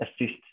assist